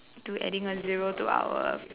to adding a zero to our